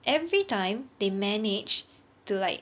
every time they managed to like